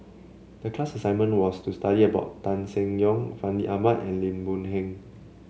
the class assignment was to study about Tan Seng Yong Fandi Ahmad and Lim Boon Heng